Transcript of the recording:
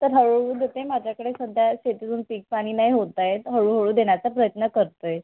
पण हळूहळू देते माझ्याकडे सध्या शेतीतून पीकपाणी नाही होत आहे तर हळूहळू देण्याचा प्रयत्न करतो आहे